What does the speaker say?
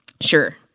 Sure